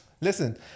Listen